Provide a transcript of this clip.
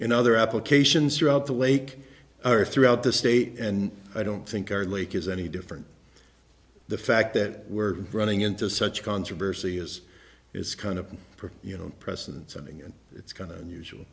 in other applications throughout the lake or throughout the state and i don't think our lake is any different the fact that we're running into such controversy is it's kind of you know present something and it's kind of unusual